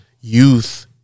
youth